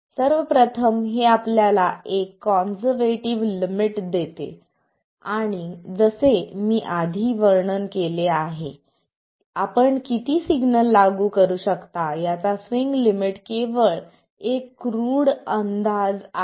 सर्व प्रथम हे आपल्याला एक काँझर्व्हेटिव्ह लिमिट देते आणि जसे मी आधी वर्णन केले आहे आपण किती सिग्नल लागू करू शकता याचा स्विंग लिमिट केवळ एक क्रूड अंदाज आहे